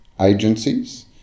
agencies